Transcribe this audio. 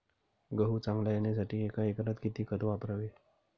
गहू चांगला येण्यासाठी एका एकरात किती खत वापरावे?